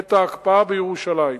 את ההקפאה בירושלים.